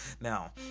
now